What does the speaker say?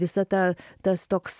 visa ta tas toks